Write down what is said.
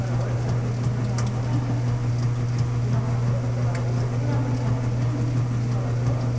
तर हो रहेछ अबुइ राम्रो आउँदैन रहेछ त्यो नक्सामा देखाउँदा त अब उसै राम्रो देखाएको थियो नि ब्लू कलरको